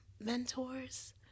mentors